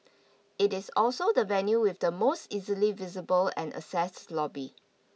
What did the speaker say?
it is also the venue with the most easily visible and access lobby